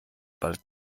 bald